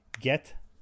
get